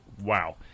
Wow